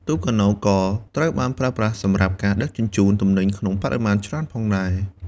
ទូកកាណូតក៏ត្រូវបានប្រើប្រាស់សម្រាប់ការដឹកជញ្ជូនទំនិញក្នុងបរិមាណច្រើនផងដែរ។